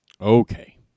Okay